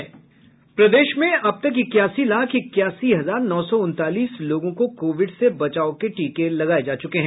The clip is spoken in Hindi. प्रदेश में अब तक इक्यासी लाख इक्यासी हजार नौ सौ उनतालीस लोगों को कोविड से बचाव के टीके लगाये जा चुके हैं